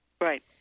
Right